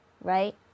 right